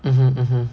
mmhmm mmhmm